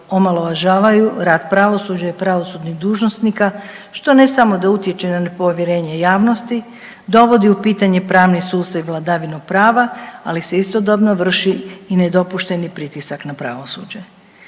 omalovažavaju rad pravosuđa i pravosudnih dužnosnika što ne samo da utječe na nepovjerenje javnosti, dovodi u pitanje pravni sustav i vladavinu prava, ali se istodobno vrši i nedopušteni pritisak na pravosuđe.